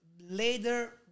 Later